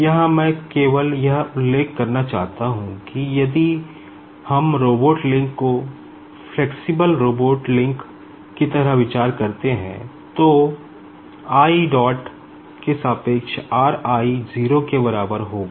यहां मैं केवल यह उल्लेख करना चाहता हूं कि यदि हम रोबोट लिंक को फ्लेक्सिबल रोबोट लिंक की तरह विचार करते हैं तो i dot के सापेक्ष r i 0 के बराबर होगा